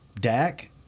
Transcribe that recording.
Dak